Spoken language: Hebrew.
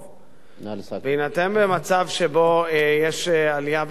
ובהינתן מצב שבו יש עלייה בתשומות,